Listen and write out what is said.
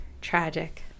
tragic